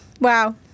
Wow